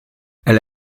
elle